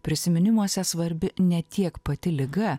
prisiminimuose svarbi ne tiek pati liga